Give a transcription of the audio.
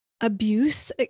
Abuse